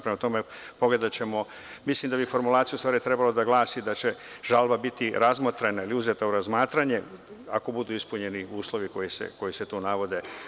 Prema tome, pogledaćemo, mislim da bi, u stvari, formulacija trebalo da glasi da će žalba biti razmotrena ili uzeta u razmatranje ako budu ispunjeni uslovi koji se tu navode.